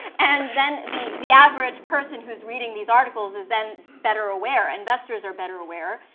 and then the the average person who's reading these articles is then better aware, investors are better aware,